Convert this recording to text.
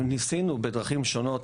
שניסינו בדרכים שונות,